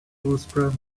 whisperer